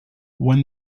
when